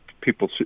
people